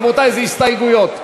רבותי, הסתייגויות,